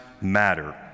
Matter